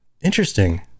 Interesting